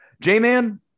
J-Man